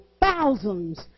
thousands